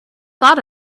thought